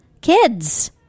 kids